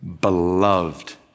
beloved